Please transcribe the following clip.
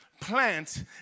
Plant